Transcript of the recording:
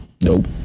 Nope